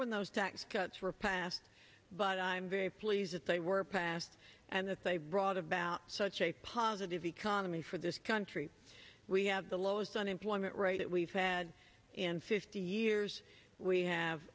when those tax cuts were passed but i'm very pleased that they were passed and that they brought about such a positive economy for this country we have the lowest unemployment rate we've had in fifty years we